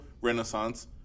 renaissance